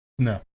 No